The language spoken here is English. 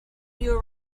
you